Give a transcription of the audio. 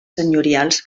senyorials